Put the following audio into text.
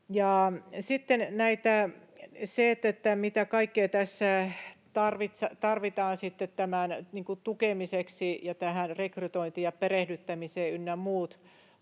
Sitten se, mitä kaikkea tarvitaan tämän tukemiseksi ja tähän rekrytointiin ja perehdyttämiseen ynnä muuhun.